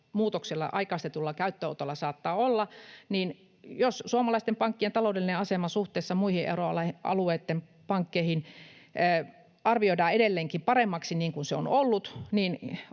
muutoksella, aikaistetulla käyttöönotolla, saattaa olla, niin jos suomalaisten pankkien taloudellinen asema suhteessa muihin euro-alueitten pankkeihin arvioidaan edelleenkin paremmaksi, niin kuin se on ollut,